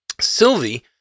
Sylvie